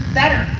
better